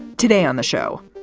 today on the show,